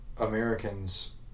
Americans